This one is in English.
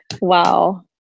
Wow